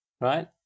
right